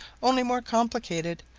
only more complicated,